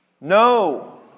No